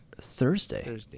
Thursday